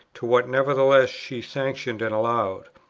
to what nevertheless she sanctioned and allowed.